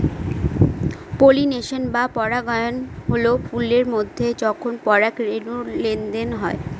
pollination বা পরাগায়ন হল ফুলের মধ্যে যখন পরাগরেনুর লেনদেন হয়